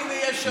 הינה, יש שעון.